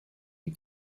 you